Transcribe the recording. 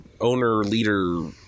owner-leader